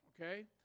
okay